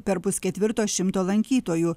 per pusketvirto šimto lankytojų